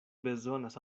bezonas